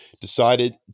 decided